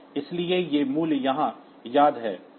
इसलिए ये मूल्य वहां याद हैं